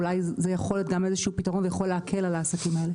אולי זה יכול להוות פתרון שיוכל להקל על העסקים האלה.